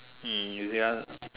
hmm you hear